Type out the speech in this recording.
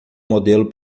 modelo